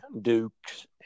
Dukes